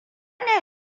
ne